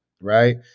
right